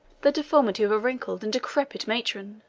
the deformity of a wrinkled and decrepit matron.